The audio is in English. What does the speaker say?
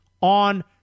on